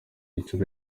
inshuro